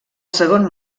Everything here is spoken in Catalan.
segon